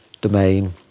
domain